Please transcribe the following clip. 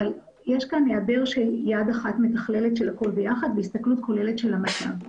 אבל יש כאן היעדר של יד אחת מתכללת של הכל ביחד והסתכלות כוללת של המצב.